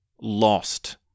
lost